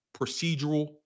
procedural